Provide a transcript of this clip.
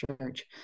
church